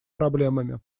проблемами